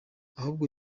ahubwo